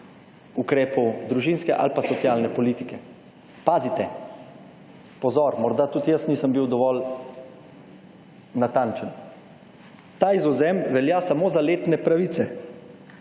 ukrepov družinske ali pa socialne politike. Pazite, pozor, morda tudi jaz nisem bil dovolj natančen. Ta izvzem velja samo za letne pravice,